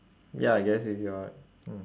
ya I guess if you are mm